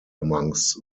amongst